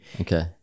Okay